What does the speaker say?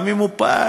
גם אם הוא פעל.